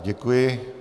Děkuji.